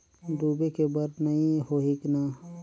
डूबे के बर नहीं होही न?